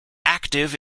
active